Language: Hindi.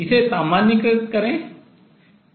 इसे सामान्यीकृत करें